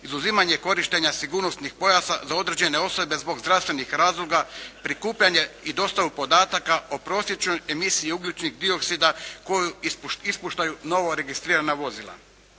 izuzimanje korištenja sigurnosnih pojasa za određene osobe zbog zdravstvenih razloga, prikupljanje i dostavu podataka o prosječnoj emisiji ugljičnih dioksida koje ispuštaju nova registrirana vozila.